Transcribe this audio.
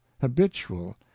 habitual